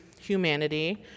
humanity